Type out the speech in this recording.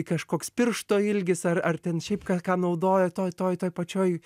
kažkoks piršto ilgis ar ar ten šiaip ką ką naudojo toj toj toj pačioj